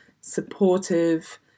supportive